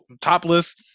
topless